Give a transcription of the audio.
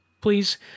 please